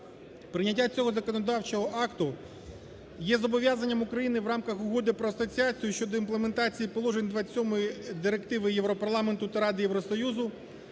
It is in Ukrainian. Прийняття цього законодавчого акту є зобов'язання України в рамках Угоди про асоціацію щодо імплементації положень 27-ї директиви Європарламенту та Ради Євросоюзу,